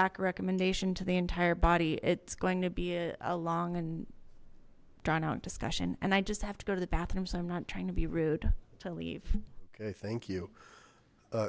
back a recommendation to the entire body it's going to be a long and drawn out discussion and i just have to go to the bathroom so i'm not trying to be rude to leave okay thank you